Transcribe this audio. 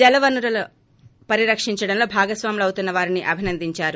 జలవనరులను పరిరక్షించడంలో భాగస్వాములు అవుతున్న వారిని అభినందిందారు